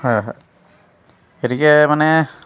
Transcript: হয় হয় গতিকে মানে